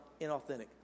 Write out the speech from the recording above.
inauthentic